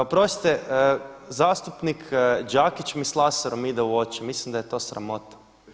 Oprostite, zastupnik Đakić mi s laserom ide u oči, mislim da je to sramota.